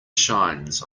shines